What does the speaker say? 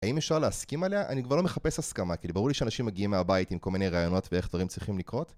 האם אפשר להסכים עליה? אני כבר לא מחפש הסכמה, כי זה ברור לי שאנשים מגיעים מהבית עם כל מיני רעיונות ואיך דברים צריכים לקרות